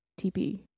tp